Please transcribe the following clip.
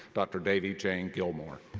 dr. davie jane gilmour.